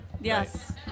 Yes